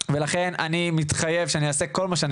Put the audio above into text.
ולכן אני מתחייב שאני אעשה כל מה שאני